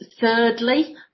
thirdly